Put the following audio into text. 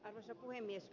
arvoisa puhemies